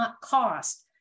cost